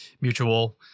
mutual